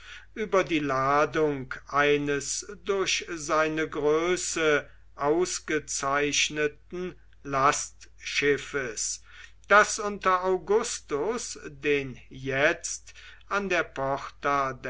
über die ladung eines durch seine größe ausgezeichneten lastschiffes das unter augustus den jetzt an der porta